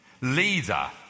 Leader